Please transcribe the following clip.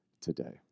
today